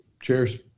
Cheers